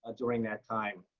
ah during that time.